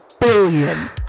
billion